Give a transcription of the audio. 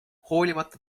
hoolimata